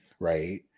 right